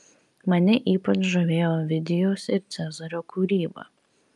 mane ypač žavėjo ovidijaus ir cezario kūryba